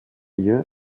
ihr